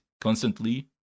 constantly